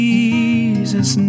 Jesus